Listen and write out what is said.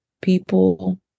people